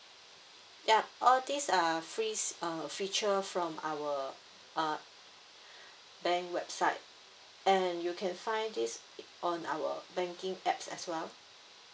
yup all these uh freeze uh feature from our uh bank website and you can find these on our banking app as well